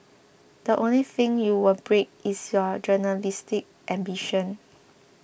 the only thing you will break is your journalistic ambition